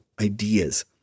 ideas